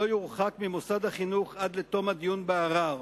לא יורחק ממוסד החינוך עד לתום הדיון בערר.